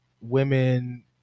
women